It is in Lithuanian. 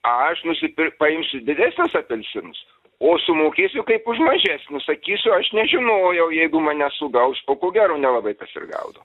aš nusipir paimsiu didesnius apelsinus o sumokėsiu kaip už mažesnius sakysiu aš nežinojau jeigu mane sugaus o ko gero nelabai kas ir gaudo